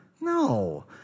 No